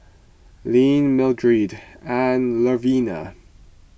Leeann Mildred and Louvenia